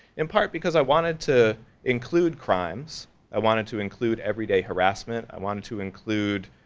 in part because i wanted to include crimes i wanted to include everyday harassment i wanted to include,